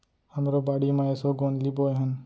हमरो बाड़ी म एसो गोंदली बोए हन